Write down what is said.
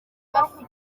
bafite